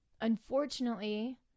unfortunately